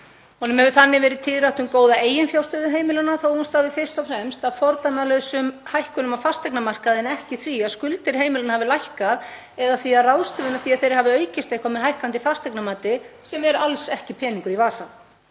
Honum hefur þannig verið tíðrætt um góða eiginfjárstöðu heimilanna þótt hún stafi fyrst og fremst af fordæmalausum hækkunum á fasteignamarkaði en ekki því að skuldir heimilanna hafi lækkað eða því að ráðstöfunarfé þeirra hafi aukist eitthvað með hækkandi fasteignamati, sem er alls ekki peningur í vasa.